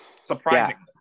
surprisingly